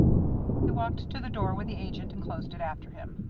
he walked to the door with the agent and closed it after him.